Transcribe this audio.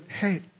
hey